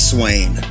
Swain